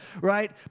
right